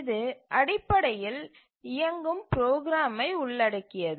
இது அடிப்படையில் இயங்கும் ப்ரோக்ராமை உள்ளடக்கியது